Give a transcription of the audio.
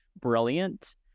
brilliant